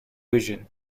vision